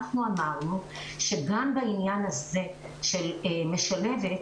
אנחנו אמרנו שגם בעניין הזה של משלבת,